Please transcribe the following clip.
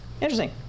Interesting